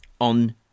on